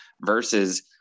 versus